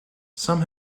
some